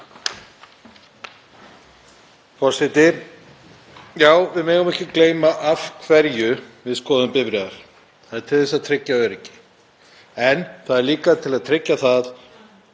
en það er líka til að tryggja það að hlutir eins og lekar orsaki ekki skaða í umhverfinu. En þetta er þjónusta sem við þurfum að geta boðið upp á alls staðar á landinu.